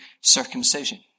circumcision